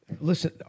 Listen